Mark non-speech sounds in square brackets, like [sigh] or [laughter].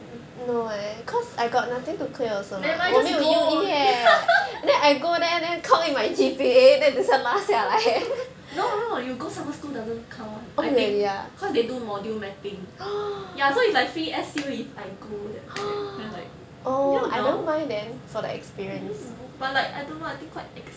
never mind just go only [laughs] no no you go summer school doesn't count [one] I think cause they do module mapping ya so it's like free S_U if I go then it's like I don't know but like I don't know I think quite ex